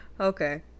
Okay